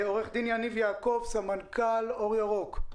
עורך דין יניב יעקב, סמנכ"ל אור ירוק.